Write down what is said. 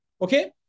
Okay